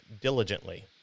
diligently